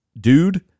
Dude